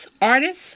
artists